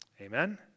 Amen